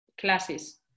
classes